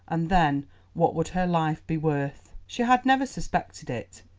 and then what would her life be worth? she had never suspected it,